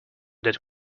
that